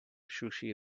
sushi